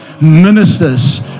ministers